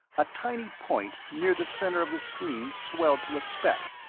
a tiny point near the center of the screen swelled to a spec,